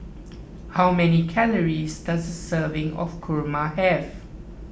how many calories does a serving of Kurma have